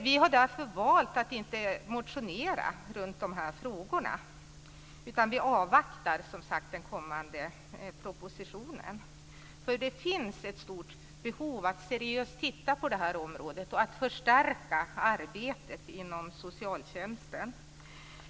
Vi har därför valt att inte motionera runt dessa frågor, utan vi avvaktar den kommande propositionen. Det finns ett stort behov av att seriöst titta på detta område och att förstärka arbetet inom socialtjänsten.